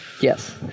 Yes